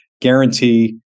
guarantee